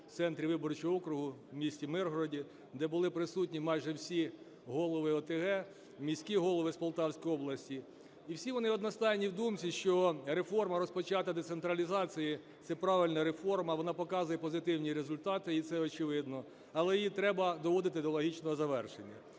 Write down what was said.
в центрі виборчого округу, в місті Миргороді, де були присутні майже всі голови ОТГ, міські голови з Полтавської області. І всі вони одностайні в думці, що реформа розпочата децентралізації – це правильна реформа, вона показує позитивні результати, і це очевидно, але її треба доводити до логічного завершення.